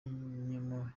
nyuma